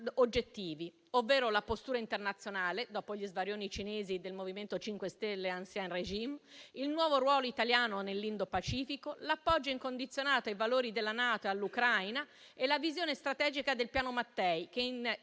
ovvero la postura internazionale dopo gli svarioni cinesi del MoVimento 5 Stelle, *ancien régime*, il nuovo ruolo italiano nell'Indo-Pacifico, l'appoggio incondizionato ai valori della NATO e all'Ucraina e la visione strategica del piano Mattei, che il